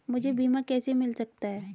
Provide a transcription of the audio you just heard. मुझे बीमा कैसे मिल सकता है?